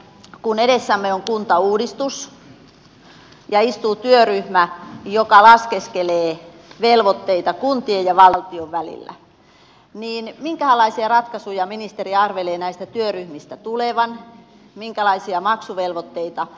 kun edessämme on kuntauudistus ja istuu työryhmä joka laskeskelee velvoitteita kuntien ja valtion välillä niin minkähänlaisia ratkaisuja ministeri arvelee näistä työryhmistä tulevan minkälaisia maksuvelvoitteita